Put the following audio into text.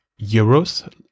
euros